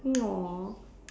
no